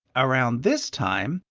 around this time,